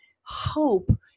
hope